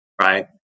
Right